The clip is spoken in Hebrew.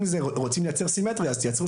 אם אתם רוצים לייצר סימטריה תייצרו